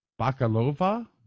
Bakalova